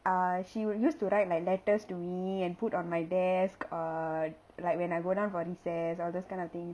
uh she would use to write like letters to me and put on my desk or like when I go down for recess all those kind of things